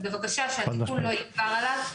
אז בבקשה שהתיקון לא יגבר עליו.